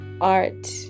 art